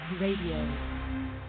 Radio